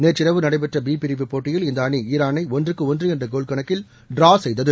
நேற்றிரவு நடைபெற்ற பி பிரிவு போட்டியில் இந்த அணி ஈரானை ஒன்று ஒன்று என்ற கோல் கணக்கில் டிரா செய்தது